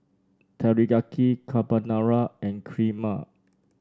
Teriyaki Carbonara and Kheema